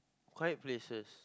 quiet places